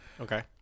Okay